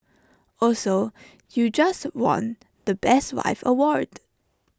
also you just won the best wife award